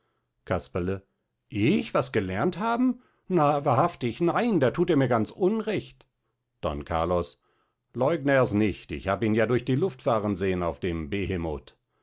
casperle ich was gelernt haben na wahrhaftig nein da thut er mir ganz unrecht don carlos leugn ers nicht ich hab ihn ja durch die luft fahren sehen auf dem